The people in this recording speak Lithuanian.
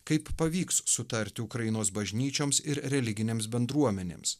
kaip pavyks sutarti ukrainos bažnyčioms ir religinėms bendruomenėms